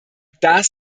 das